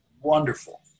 wonderful